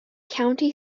county